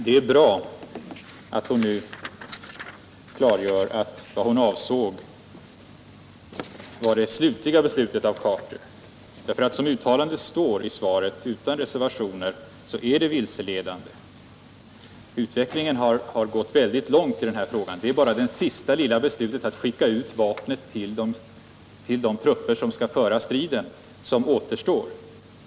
Det är bra att hon nu klargör att hon avsåg Carters slutgiltiga beslut. Som uttalandet utan reservationer nu står i svaret är det vilseledande. Utvecklingen har gått mycket långt i den här frågan. Det är bara det sista lilla beslutet att skicka ut vapnet till de grupper som skall föra striden som återstår.